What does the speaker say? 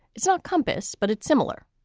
it's ah a compass, but it's similar.